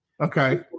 Okay